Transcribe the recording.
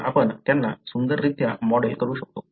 तर आपण त्यांना सुंदररित्या मॉडेल करू शकतो